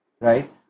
right